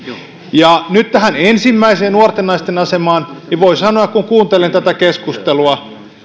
ja nyt tähän ensimmäiseen nuorten naisten asemaan voi sanoa kun kuuntelen tätä keskustelua